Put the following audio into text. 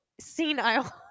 senile